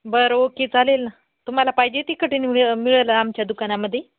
बरं ओके चालेल ना तुम्हाला पाहिजे ती कटींग मि मिळेल आमच्या दुकानामध्ये